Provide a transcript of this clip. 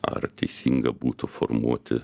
ar teisinga būtų formuoti